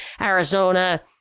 Arizona